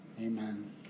Amen